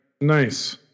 Nice